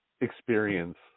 experience